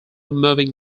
moving